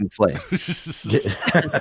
play